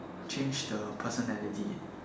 change the personality